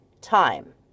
time